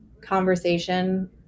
conversation